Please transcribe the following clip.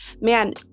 man